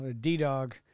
D-Dog